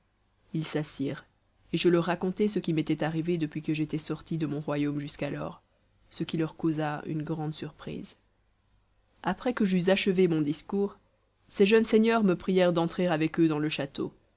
ils s'assirent et je leur racontai ce qui m'était arrivé depuis que j'étais sorti de mon royaume jusqu'alors ce qui leur causa une grande surprise après que j'eus achevé mon discours ces jeunes seigneurs me prièrent d'entrer avec eux dans le château